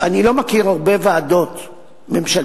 שאני לא מכיר הרבה ועדות ממשלתיות,